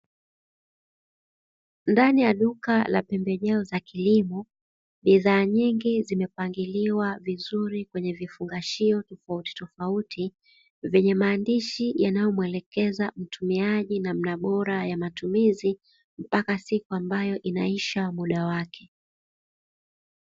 Ndani ya duka la pembejeo za kilimo, bidhaa nyingi zimepangiliwa vizuri kwenye vifungashio tofauti tofauti vyenye maandishi yanayomwelekeza mtumiaji namna bora ya matumizi, mpaka siku ambayo inaisha muda wake.